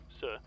Sir